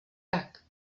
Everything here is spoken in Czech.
tak